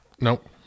Nope